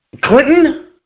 Clinton